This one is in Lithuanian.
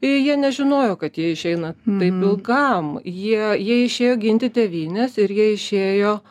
jie nežinojo kad jie išeina taip ilgam jie jie išėjo ginti tėvynės ir jie išėjo